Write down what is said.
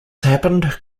happened